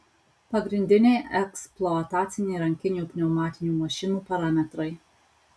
pagrindiniai eksploataciniai rankinių pneumatinių mašinų parametrai